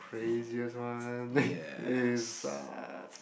craziest one is uh